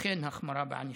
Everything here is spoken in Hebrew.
אכן, החמרה בענישה.